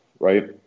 Right